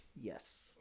Yes